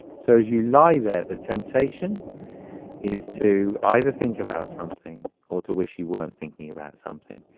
so as you lie there, the temptation is to either think about something or to wish you weren't thinking about something.